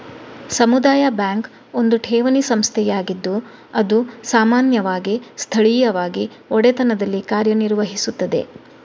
ಸಮುದಾಯ ಬ್ಯಾಂಕ್ ಒಂದು ಠೇವಣಿ ಸಂಸ್ಥೆಯಾಗಿದ್ದು ಅದು ಸಾಮಾನ್ಯವಾಗಿ ಸ್ಥಳೀಯವಾಗಿ ಒಡೆತನದಲ್ಲಿ ಕಾರ್ಯ ನಿರ್ವಹಿಸುತ್ತದೆ